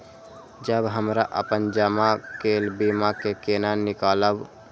जब हमरा अपन जमा केल बीमा के केना निकालब?